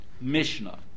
Mishnah